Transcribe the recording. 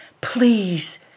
please